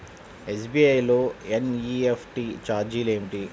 SBI లో NEFT ఛార్జీలు ఏమిటి?